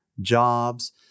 jobs